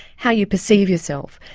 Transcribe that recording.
how you perceive yourself,